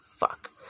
Fuck